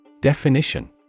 Definition